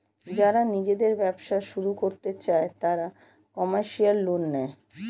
যারা নিজেদের ব্যবসা শুরু করতে চায় তারা কমার্শিয়াল লোন নেয়